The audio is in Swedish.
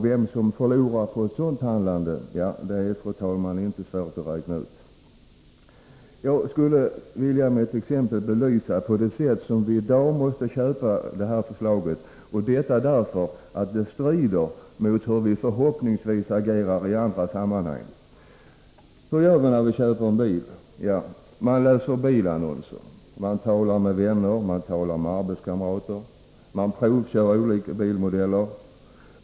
Vem som förlorar på ett sånt handlande är inte svårt att begripa. Jag skulle med ett exempel vilja belysa det sätt på vilket vi i dag måste ”köpa” detta förslag, detta därför att det helt strider mot hur vi förhoppningsvis agerar i andra sammanhang. Hur gör vi när vi köper en bil? Man läser bilannonser. Man talar med vänner och arbetskamrater. Man provkör olika bilmodeller.